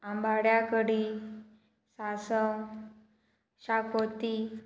आंबाड्या कडी सांसव शागोती